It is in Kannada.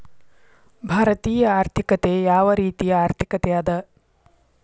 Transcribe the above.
ಭಾರತೇಯ ಆರ್ಥಿಕತೆ ಯಾವ ರೇತಿಯ ಆರ್ಥಿಕತೆ ಅದ?